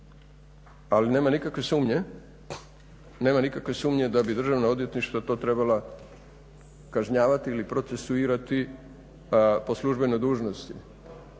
ali nema nikakve sumnje da bi Državno odvjetništvo to trebalo kažnjavati ili procesuirati po službenoj dužnosti.